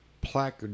plaque